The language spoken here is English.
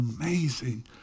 amazing